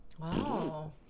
Wow